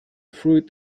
fruit